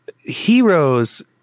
heroes